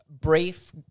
brief